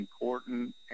important